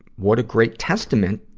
what a great testament